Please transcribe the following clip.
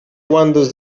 wanders